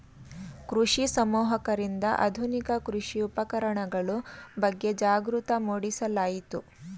ಕೃಷಿ ಸಮೂಹಕರಿಂದ ಆಧುನಿಕ ಕೃಷಿ ಉಪಕರಣಗಳ ಬಗ್ಗೆ ಜಾಗೃತಿ ಮೂಡಿಸಲಾಯಿತು